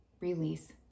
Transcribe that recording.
release